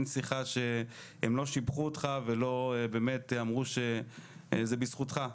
שיחה שבה הם לא שיבחו אותך ואמרו שזה בזכותך,